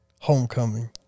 homecoming